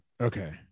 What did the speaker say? Okay